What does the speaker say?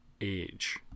age